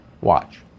watch